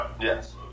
yes